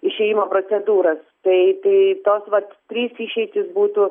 išėjimo procedūras tai tai tos vat trys išeitys būtų